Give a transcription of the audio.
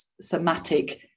somatic